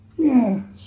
Yes